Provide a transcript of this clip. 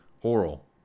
Oral